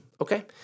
Okay